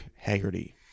Haggerty